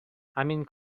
همین